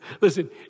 listen